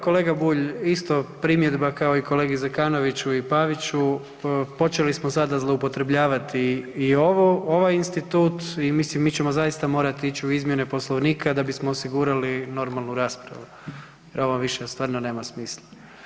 Kolega Bulj, isto primjedba kao i kolegi Zekanoviću i Paviću počeli smo sada zloupotrebljavati i ovaj institut i mislim mi ćemo zaista morati ići u izmjene Poslovnika da bismo osigurali normalnu raspravu jer ovo više stvarno nema smisla.